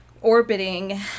orbiting